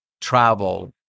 travel